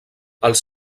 els